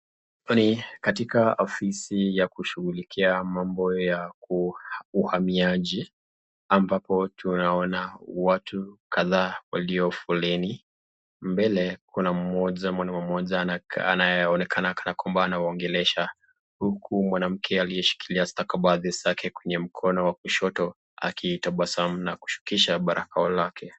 Hapa ni katika ofisi ya kushughulikia mambo ya uhamiaji ambapo tunaona watu kadhaa walio foleni. Mbele kuna mmoja mwanamume mmoja anayeonekana kana kwamba anawaongelesha huku mwanamke aliyeshikilia stakabadhi zake kwenye mkono wa kushoto akitabasamu na kushukisha barakoa lake.